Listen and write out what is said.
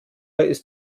ist